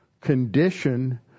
condition